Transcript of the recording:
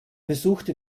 besuchte